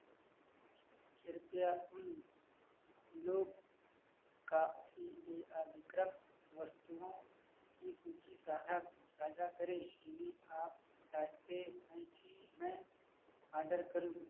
कृपया उन लोग का सी ए आर बी क्रब वस्तुओं की सूची साझा साझा करें जिन्हें आप चाहते हैं कि मैं ऑर्डर करूं